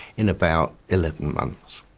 in about eleven months.